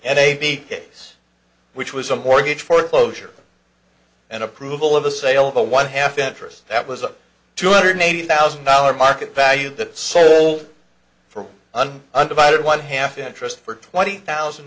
and they be case which was a mortgage foreclosure and approval of the sale of a one half interest that was a two hundred eighty thousand dollars market value that sold for an undivided one half interest for twenty thousand